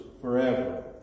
forever